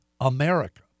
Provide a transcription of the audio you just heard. America